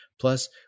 Plus